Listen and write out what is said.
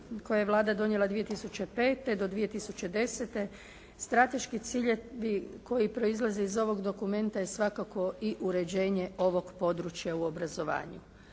koje je Vlada donijela 2005. do 2010. strateški ciljevi koji proizlaze iz ovog dokumenta je svakako i uređenje ovog područja u obrazovanju